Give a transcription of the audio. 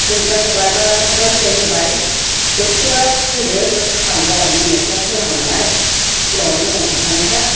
दुनदिया होबाय बा सामब्राम बिलाइ होबाय दसेल' होदो नोङो खांदो आरो मोननोसैबासो होनांगौ नालाय सिगाङावनो मोजां संखानायखा